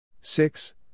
Six